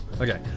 okay